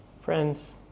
Friends